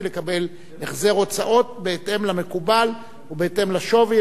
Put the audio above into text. לקבל החזר הוצאות בהתאם למקובל ובהתאם לשווי,